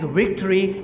victory